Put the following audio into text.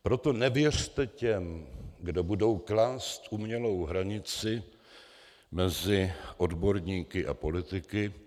Proto nevěřte těm, kdo budou klást umělou hranici mezi odborníky a politiky.